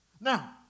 Now